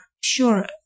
sure